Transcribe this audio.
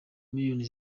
miliyoni